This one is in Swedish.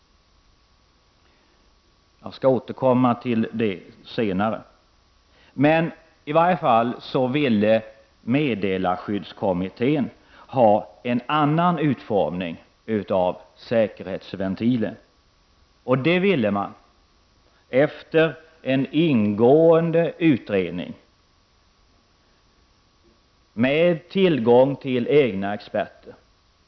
Jag skall återkomma till detta senare. Meddelarskyddskommittén ville ha en annan utformning av säkerhetsventilen. Det ville man efter att ha gjort en ingående utredning med tillgång till egna experter.